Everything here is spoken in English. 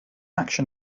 action